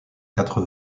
quatre